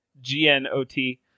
G-N-O-T